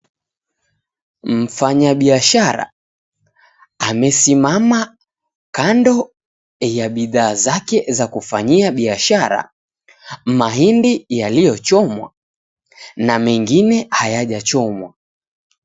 Mfanyabiashara, amesimaa kando ya bidhaa zake za kufanyia biashara. Mahindi yaliyochomwa na mengine hayajachomwa.